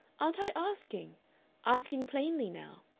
aren't i asking asking plainly now.